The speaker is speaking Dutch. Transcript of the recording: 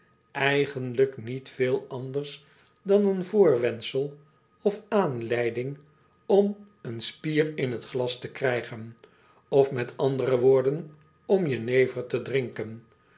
igenlijk niet veel anders dan een voorwendsel of aanleiding om n spier in t glas te krijgen of met andere woorden om jenever te drinken